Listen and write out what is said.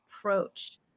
approach